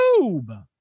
YouTube